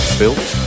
built